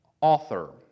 author